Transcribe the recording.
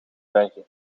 bergen